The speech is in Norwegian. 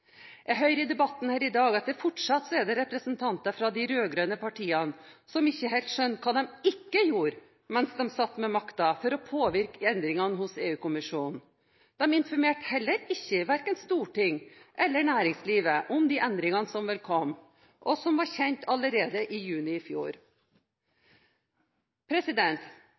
i debatten her i dag at det fortsatt er representanter fra de rød-grønne partiene som ikke helt skjønte hva de ikke gjorde mens de satt med makten for å påvirke endringer hos EU-kommisjonen. De informerte heller ikke Stortinget eller næringslivet om de endringene som ville komme, og som var kjent allerede i juni i fjor.